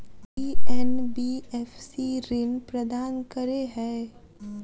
की NBFC ऋण प्रदान करे है?